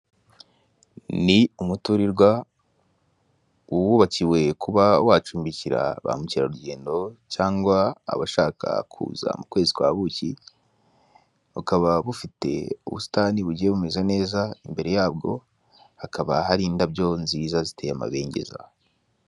Ni umuturirwa uwubakiwe kuba wacumbikira ba mukerarugendo, cyangwa abashaka kuza mu kwezi kwa buki. Bukaba bufite ubusitani bugiye bumeze neza. Imbere yabwo hakaba hari indabyo nziza ziteye amabinngeza.